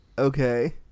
Okay